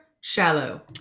shallow